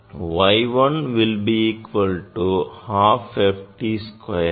Y 1 will be equal to the half f t square